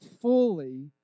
fully